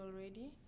already